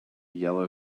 yellow